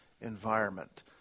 environment